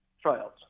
trials